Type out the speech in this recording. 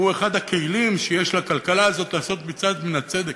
שהוא אחד הכלים שיש לכלכלה הזאת לעשות מקצת מן הצדק,